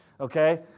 Okay